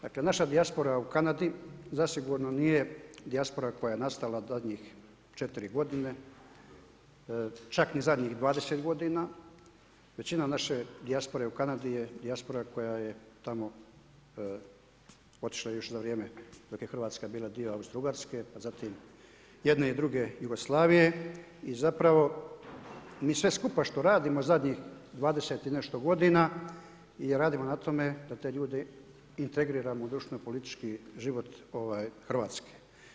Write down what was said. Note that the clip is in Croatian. Dakle naša dijaspora u Kanadi zasigurno nije dijaspora koja nije nastala u zadnjih četiri godine, čak ni zadnjih 20 godina, većina naše dijaspore u Kanadi je dijaspora koja je tamo otišla još za vrijeme dok je Hrvatska bila Austro-Ugarske, pa zatim jedne i druge Jugoslavije i zapravo mi sve skupa što radimo zadnjih 20 i nešto godina i radimo na tome da te ljude integriramo u društveno politički život Hrvatske.